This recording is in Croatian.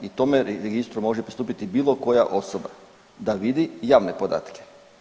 I tome registru može pristupiti bilo koja osoba da vidi javne podatke.